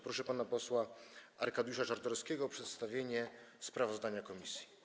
Proszę pana posła Arkadiusza Czartoryskiego o przedstawienie sprawozdania komisji.